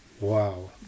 Wow